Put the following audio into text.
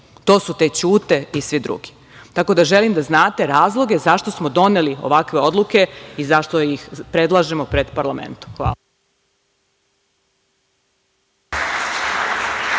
To su te Ćute i svi drugi, tako da želim da znate razloge zašto smo doneli ovakve odluke i zašto ih predlažemo pred parlamentom. Hvala.